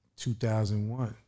2001